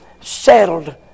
settled